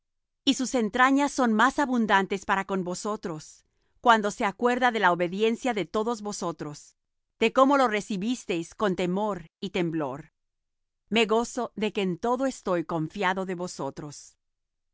y sus entrañas son más abundantes para con vosotros cuando se acuerda de la obediencia de todos vosotros de cómo lo recibisteis con temor y temblor me gozo de que en todo estoy confiado de vosotros